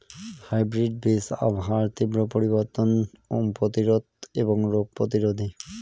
hybrid বীজ আবহাওয়ার তীব্র পরিবর্তন প্রতিরোধী এবং রোগ প্রতিরোধী